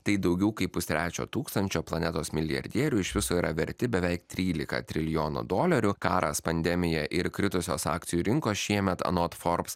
tai daugiau kaip pustrečio tūkstančio planetos milijardierių iš viso yra verti beveik trylika trilijonų dolerių karas pandemija ir kritusios akcijų rinkos šiemet anot forbs